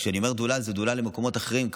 כשאני אומר "דולל" זה דולל למקומות אחרים,